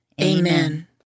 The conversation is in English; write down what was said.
Amen